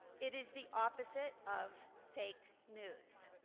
it is the opposite of fake news.